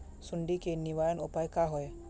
सुंडी के निवारण उपाय का होए?